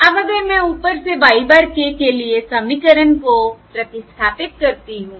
अब अगर मैं ऊपर से y bar k के लिए समीकरण को प्रतिस्थापित करती हूं